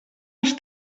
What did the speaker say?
als